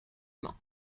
main